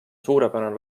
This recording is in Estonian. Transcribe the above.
suurepärane